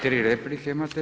Tri replike imate.